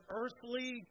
earthly